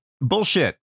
bullshit